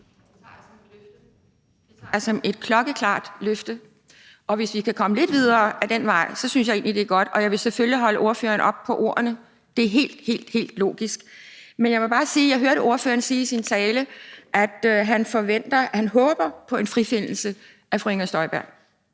Det betragter jeg som et klokkeklart løfte. Og hvis vi kan komme lidt videre ad den vej, synes jeg egentlig, det er godt. Og jeg vil selvfølgelig holde ordføreren op på ordene – det er helt, helt logisk. Men jeg må bare sige, at jeg hørte ordføreren sige i sin tale, at han håber på en frifindelse af fru Inger Støjberg